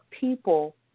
people